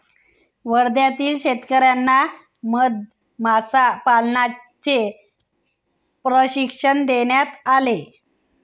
वर्ध्यातील शेतकर्यांना मधमाशा पालनाचे प्रशिक्षण देण्यात आले